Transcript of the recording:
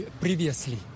previously